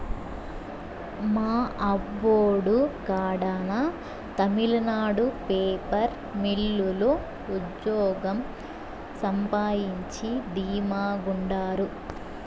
మా అబ్బోడు కడాన తమిళనాడు పేపర్ మిల్లు లో ఉజ్జోగం సంపాయించి ధీమా గుండారు